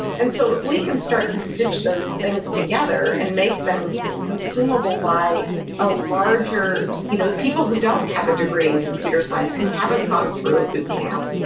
and so if we can start to stitch those things together and make them consumable by a larger you know people who don't have a degree in computer science who haven't gotten through a boot camp,